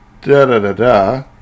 Da-da-da-da